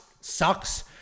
sucks